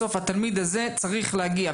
בסוף התלמיד הזה צריך להגיע,